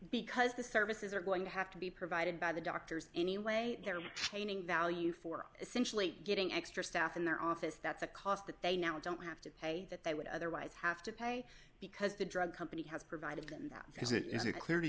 because the services are going to have to be provided by the doctors anyway they're retaining value for essentially getting extra staff in their office that's a cost that they now don't have to pay that they would otherwise have to pay because the drug company has provided them that because it isn't clear